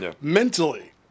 mentally